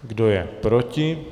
Kdo je proti?